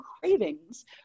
cravings